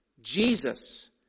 Jesus